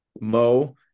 Mo